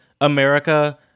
America